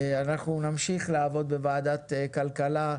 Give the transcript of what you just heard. אנחנו נמשיך לעבוד בוועדת כלכלה,